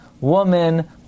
woman